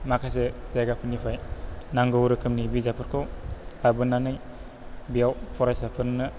माखासे जायगाफोरनिफ्राय नांगौ रोखोमनि बिजाबफोरखौ लाबोनानै बेयाव फरायसाफोरनो